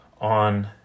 on